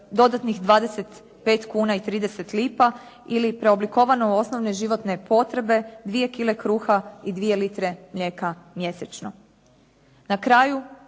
dodatnih 25 kuna i 30 lipa ili preoblikovano u osnovne životne potrebe 2 kile kruha i 2 litre mlijeka mjesečno.